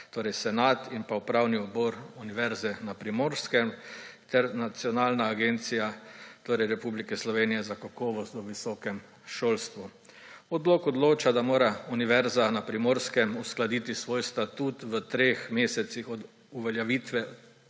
soglasja senat in pa upravni odbor Univerze na Primorskem ter Nacionalna agencija Republike Slovenije za kakovost v visokem šolstvu. Odlok odloča, da mora Univerza na Primorskem uskladiti svoj statut v treh mesecih od uveljavitve